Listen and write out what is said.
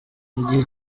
igihe